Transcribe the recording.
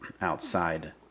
outside